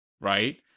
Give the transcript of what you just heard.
Right